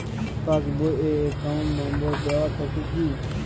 Pass বই এ account number দেওয়া থাকে কি?